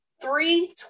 three